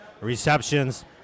receptions